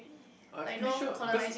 I'm pretty sure cause